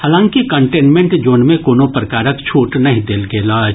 हालांकि containment zone मे कोनो प्रकारक छूट नहि देल गेल अछि